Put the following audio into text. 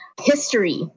history